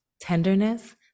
tenderness